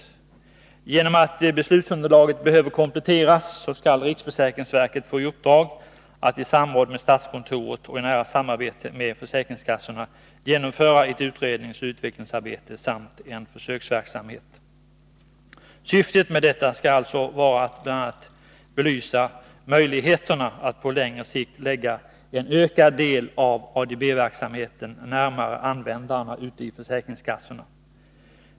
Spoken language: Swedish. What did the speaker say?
Eftersom = ket och försäkbeslutsunderlaget behöver komplettera skall riksförsäkringsverket få i ringskassorna, uppdrag att i samråd med statskontoret och i nära samarbete med m.m. försäkringskassorna genomföra ett utredningsoch utvecklingsarbete samt en försöksverksamhet. Syftet med detta skall vara att bl.a. belysa möjligheterna att på längre sikt lägga en ökad del av ADB-verksamheten närmare användarna ute i försäkringskassorna.